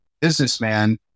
businessman